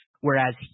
whereas